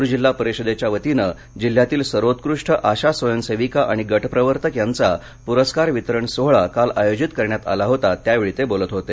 लातूर जिल्हा परिषदेच्यावतीने जिल्ह्यातील सर्वोत्कृष्ट आशा स्वयंसेविका आणि गटप्रवर्तक यांचा पुरस्कार वितरण सोहळा काल आयोजित करण्यात आला होता त्यावेळी ते बोलत होते